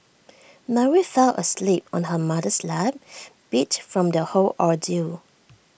Mary fell asleep on her mother's lap beat from the whole ordeal